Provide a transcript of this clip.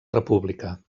república